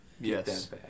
Yes